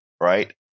right